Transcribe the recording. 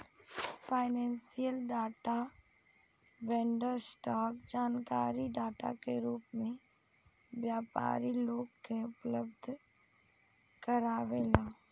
financial data vendor, stock जानकारी data के रूप में व्यापारी लोग के उपलब्ध कारावेला